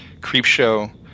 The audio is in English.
Creepshow